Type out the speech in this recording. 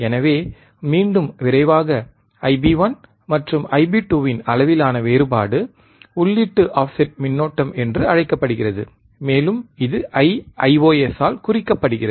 எனவே மீண்டும் விரைவாக IB1 மற்றும் Ib2 இன் அளவிலான வேறுபாடு உள்ளீட்டு ஆஃப்செட் மின்னோட்டம் என்று அழைக்கப்படுகிறது மேலும் இது Iios ஆல் குறிக்கப்படுகிறது